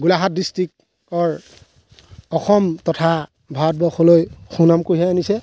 গোলাঘাট ডিষ্ট্ৰিক্টৰ অসম তথা ভাৰতবৰ্ষলৈ সুনাম কঢ়িয়াই আনিছে